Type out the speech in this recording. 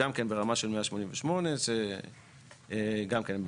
שהם גם כן ברמה של 188. גם כן,